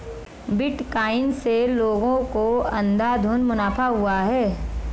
bitcoin से लोगों को अंधाधुन मुनाफा हुआ है